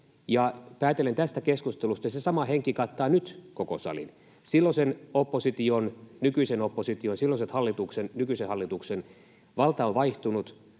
päätellen tästä keskustelusta se sama henki kattaa koko salin nyt — silloisen opposition, nykyisen opposition, silloisen hallituksen, nykyisen hallituksen. Valta on vaihtunut,